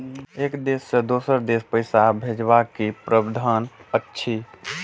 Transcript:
एक देश से दोसर देश पैसा भैजबाक कि प्रावधान अछि??